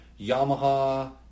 Yamaha